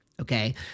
okay